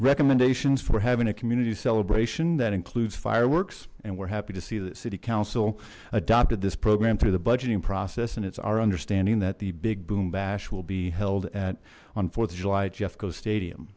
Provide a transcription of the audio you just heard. recommendations for having a community celebration that includes fireworks and we're happy to see that city council adopted this program through the budgeting process and it's our understanding that the big boom bash will be held at on th of july at jeffco stadium